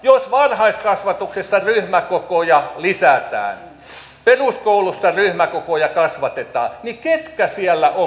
jos varhaiskasvatuksessa ryhmäkokoja suurennetaan peruskoulussa ryhmäkokoja kasvatetaan niin ketkä siellä ovat menettäjiä